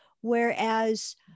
Whereas